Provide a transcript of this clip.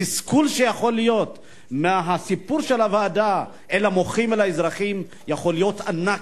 התסכול מהסיפור של הוועדה למוחים ולאזרחים יכול להיות ענק,